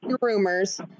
rumors